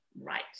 right